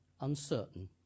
uncertain